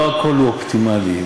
לא הכול הוא אופטימלי.